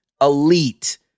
elite